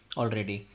already